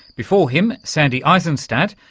before him sandy isenstadt,